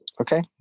Okay